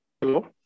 Hello